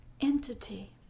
entity